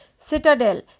citadel